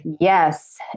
Yes